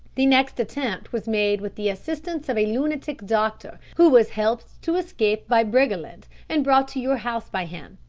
the next attempt was made with the assistance of a lunatic doctor who was helped to escape by briggerland, and brought to your house by him.